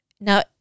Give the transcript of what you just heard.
Now